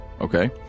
Okay